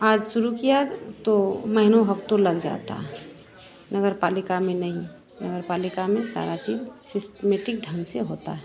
आज शुरू किया तो महीनों हफ्तों लग जाता है नगर पालिका में नहीं नगर पालिका में सारा चीज सिसमेटिक ढंग से होता है